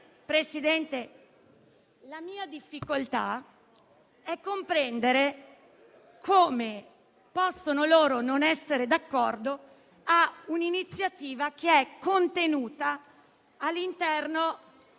Presidente, la mia difficoltà è comprendere come possano loro non essere d'accordo con un'iniziativa che è contenuta all'interno